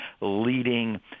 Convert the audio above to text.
leading